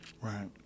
Right